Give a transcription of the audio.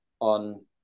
on